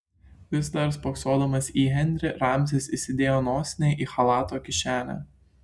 vis dar spoksodamas į henrį ramzis įsidėjo nosinę į chalato kišenę